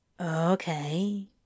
Okay